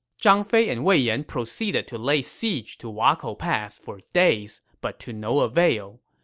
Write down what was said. zhang fei and wei yan proceeded to lay siege to wakou pass for days, but to no avail.